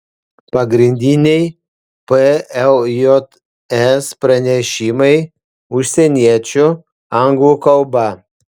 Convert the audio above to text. pagrindiniai pljs pranešimai užsieniečių anglų kalba